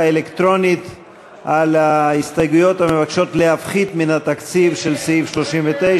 ההסתייגויות לסעיף 39,